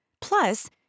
Plus